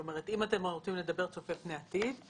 אם אתם רוצים לדבר צופה פני עתיד,